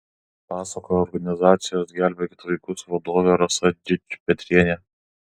pasakoja organizacijos gelbėkit vaikus vadovė rasa dičpetrienė